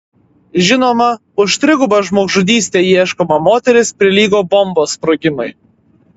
žinoma už trigubą žmogžudystę ieškoma moteris prilygo bombos sprogimui